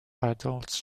adults